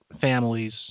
families